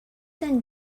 and